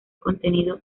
contenido